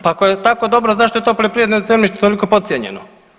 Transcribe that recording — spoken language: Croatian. Pa ako je tako dobro zašto je to poljoprivredno zemljište toliko podcijenjeno?